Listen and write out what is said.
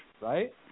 right